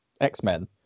X-Men